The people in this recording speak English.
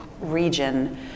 region